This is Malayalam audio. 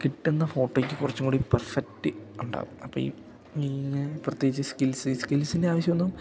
കിട്ടുന്ന ഫോട്ടോയ്ക്ക് കുറച്ചുംകൂടി പെർഫെക്റ്റ് ഉണ്ടാകും അപ്പം ഈ പ്രത്യേകിച്ച് സ്കിൽസ് സ്കിൽസിൻ്റെ ആവശ്യം ഒന്നും